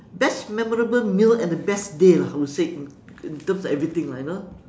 best memorable meal and the best day lah I would say in terms of everything lah you know